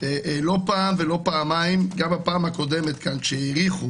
לא פעם ולא פעם, גם בפעם הקודמת כאן כשהאריכו